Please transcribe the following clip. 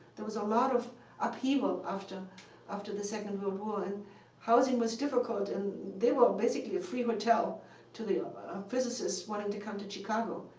there was a lot of upheaval after after the second world war and housing was difficult. and they were basically a free hotel to the physicists wanting to come to chicago.